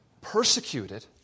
Persecuted